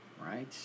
right